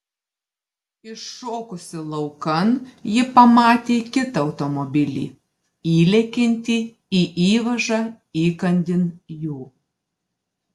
iššokusi laukan ji pamatė kitą automobilį įlekiantį į įvažą įkandin jų